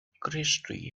christy